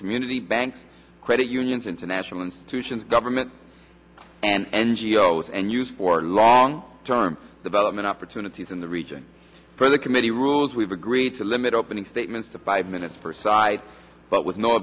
community banks credit unions international institutions government and n g o s and use for long term development opportunities in the region for the committee rules we've agreed to limit opening statements to five minutes per side but with no